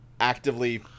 actively